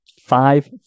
Five